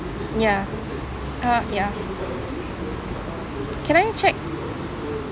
ya uh ya can I check